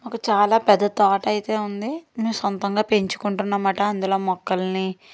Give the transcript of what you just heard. మాకు చాలా పెద్ద తోట అయితే ఉంది మేము సొంతంగా పెంచుకుంటున్నామన్నమాట అందులో మొక్కలని